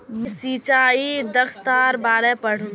मी सिंचाई दक्षतार बारे पढ़नु